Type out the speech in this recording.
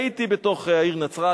הייתי בתוך העיר נצרת.